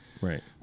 Right